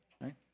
right